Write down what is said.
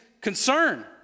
concern